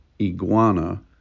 iguana